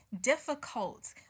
difficult